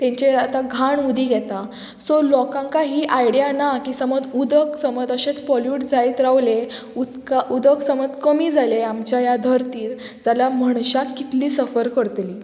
तेंचे आतां घाण उदीक येता सो लोकांक ही आयडिया ना की समज उदक समज अशेच पोल्यूट जायत रावले उदका उदक समज कमी जाले आमच्या ह्या धरती जाल्यार मणशाक कितली सफर करतली